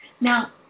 Now